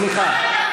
כבוד היושב-ראש, סליחה,